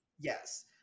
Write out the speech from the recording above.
Yes